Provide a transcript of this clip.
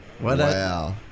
Wow